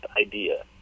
idea